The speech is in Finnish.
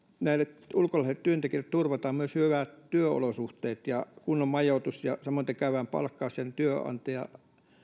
näille ulkolaisille työntekijöille turvataan myös hyvät työolosuhteet ja kunnon majoitus ja samoiten käydään palkkaus ja työnantajan